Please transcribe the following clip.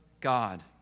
God